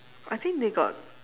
I think they got